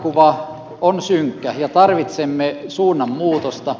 tilannekuva on synkkä ja tarvitsemme suunnanmuutosta